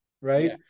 right